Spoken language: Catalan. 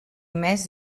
més